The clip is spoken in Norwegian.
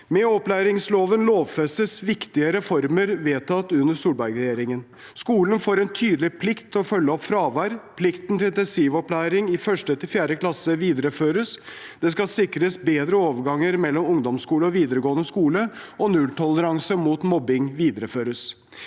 Med opplæringsloven lovfestes viktige reformer vedtatt under Solberg-regjeringen. Skolene får en tydelig plikt til å følge opp fravær, plikten til intensivopplæring i 1.–4. klasse videreføres, det skal sikres bedre overganger mellom ungdomsskole og videregående skole, og nulltoleranse mot mobbing videreføres.